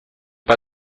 pas